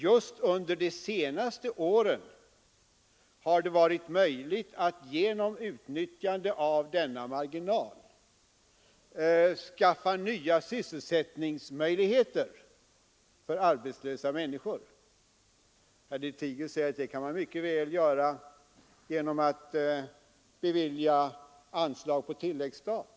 Just under de senaste åren har det varit möjligt att genom utnyttjande av denna marginal skapa nya sysselsättningstillfällen för arbetslösa 123 människor. Herr Lothigius säger att det kan man mycket väl göra genom att bevilja anslag på tilläggsstat.